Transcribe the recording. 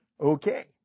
Okay